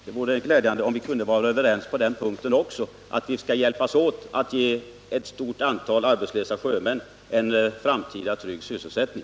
Det vore glädjande om vi kunde bli överens också på den punkten att vi skall hjälpas åt att ge ett stort antal arbetslösa sjömän en framtida trygg sysselsättning.